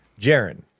jaron